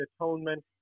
atonement